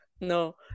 No